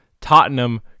Tottenham